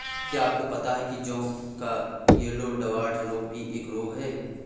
क्या आपको पता है जौ का येल्लो डवार्फ रोग भी एक रोग है?